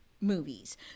movies